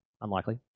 Unlikely